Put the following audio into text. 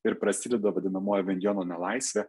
ir prasideda vadinamoji avinjono nelaisvė